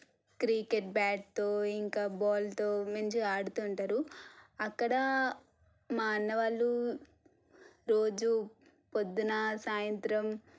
cricket బ్యాట్తో ఇంకా బాల్తో మంచిగా ఆడుతూ ఉంటారు అక్కడ మా అన్న వాళ్ళు రోజూ పొద్దున్న సాయంత్రం